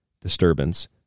disturbance